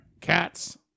Cats